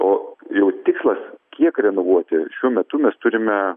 o jau tikslas kiek renovuoti šiuo metu mes turime